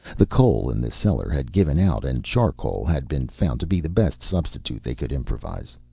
the coal in the cellar had given out and charcoal had been found to be the best substitute they could improvise.